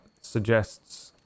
suggests